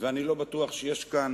ואני לא בטוח שיש כאן,